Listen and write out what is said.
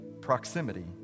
proximity